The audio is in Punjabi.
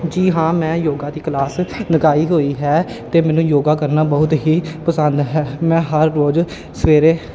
ਜੀ ਹਾਂ ਮੈਂ ਯੋਗਾ ਦੀ ਕਲਾਸ ਲਗਾਈ ਹੋਈ ਹੈ ਅਤੇ ਮੈਨੂੰ ਯੋਗਾ ਕਰਨਾ ਬਹੁਤ ਹੀ ਪਸੰਦ ਹੈ ਮੈਂ ਹਰ ਰੋਜ਼ ਸਵੇਰੇ